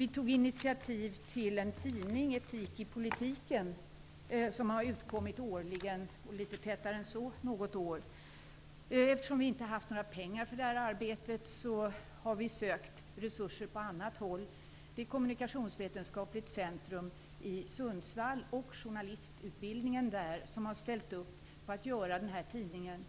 och tog initiativ till en tidning som heter Etik i politiken. Den har utkommit årligen, ibland litet tätare än så. Eftersom vi inte har haft några pengar för detta arbete har vi sökt resurser på annat håll. På journalistutbildningen vid Kommunikationsvetenskapligt centrum i Sundsvall har man ställt upp på att göra den här tidningen.